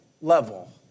level